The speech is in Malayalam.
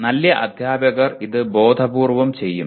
നല്ല അധ്യാപകർ ഇത് അവബോധപൂർവ്വം ചെയ്യാം